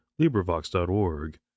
LibriVox.org